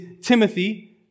Timothy